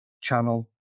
channel